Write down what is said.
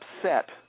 upset